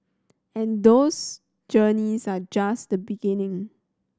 and those journeys are just the beginning